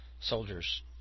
soldiers